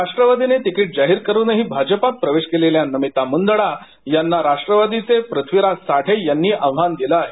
राष्ट्रवादीने तिकीट जाहिर करूनही भाजपात प्रवेश केलेल्या नमिता मुंदडा यांना राष्ट्रवादीचे पृथ्वीराज साठे यांनी आव्हान दिलं आहे